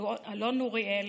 אלון נוריאל